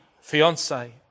fiance